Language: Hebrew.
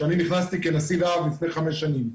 כשאני נכנסתי כנשיא להב לפני חמש שנים.